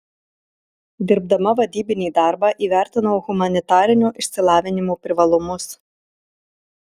dirbdama vadybinį darbą įvertinau humanitarinio išsilavinimo privalumus